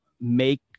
make